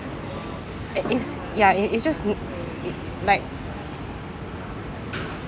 it is ya it is just it it like